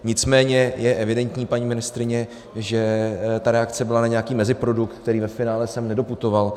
Nicméně je evidentní, paní ministryně, že ta reakce byla na nějaký meziprodukt, který se ve finále nedoputoval.